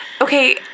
okay